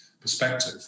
perspective